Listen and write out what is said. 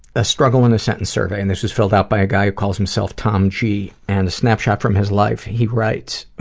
a struggle in a sentence survey, and this was filled out by a guy who calls himself tom g. and snapshot from his life, he writes,